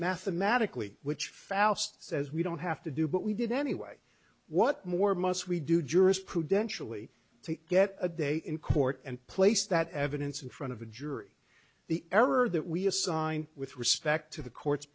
mathematically which fast says we don't have to do but we did anyway what more must we do jurist prudentially to get a day in court and place that evidence in front of a jury the error that we assign with respect to the court